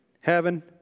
heaven